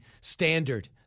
standard